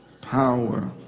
Power